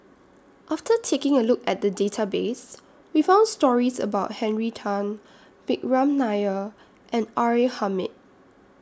after taking A Look At The Database We found stories about Henry Tan Vikram Nair and R A Hamid